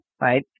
right